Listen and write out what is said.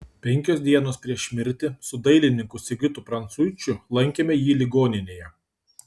penkios dienos prieš mirtį su dailininku sigitu prancuičiu lankėme jį ligoninėje